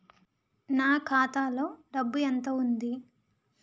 నా ఖాతాలో డబ్బు ఎంత ఉంది?